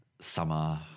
summer